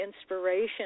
inspiration